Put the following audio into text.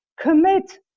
commit